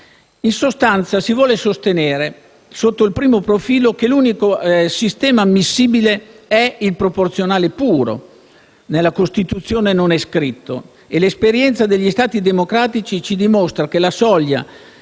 In sostanza si vuole sostenere, sotto il primo profilo, che l'unico sistema ammissibile è il proporzionale puro. Nella Costituzione non è scritto. E l'esperienza degli Stati democratici ci dimostra che i